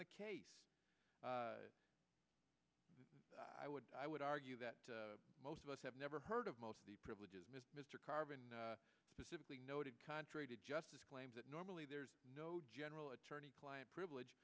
the case i would i would argue that most of us have never heard of most of the privileges mr carbon specifically noted contrary to justice claims that normally there is no general attorney client privilege